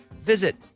visit